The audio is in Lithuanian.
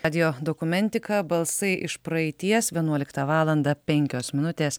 radijo dokumentika balsai iš praeities vienuoliktą valandą penkios minutės